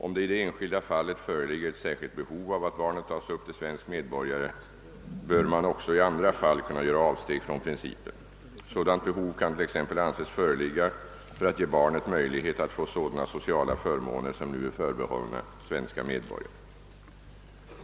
Om det i det enskilda fallet föreligger ett särskilt behov av att barnet upptas till svensk medborgare, bör man också i andra fall kunna göra avsteg från principen. Sådant behov kan t.ex. anses föreligga för att ge barnet möjlighet att få sådana sociala förmåner som nu är förbehållna svenska medborgare.